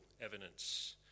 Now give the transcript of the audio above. evidence